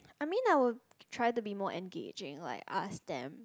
I mean I would try to be more engaging like ask them